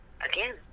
again